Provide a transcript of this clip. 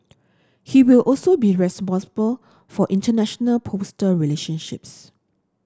he will also be responsible for international postal relationships